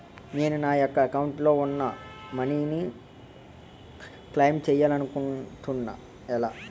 నేను నా యెక్క అకౌంట్ లో ఉన్న మనీ ను క్లైమ్ చేయాలనుకుంటున్నా ఎలా?